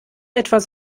etwas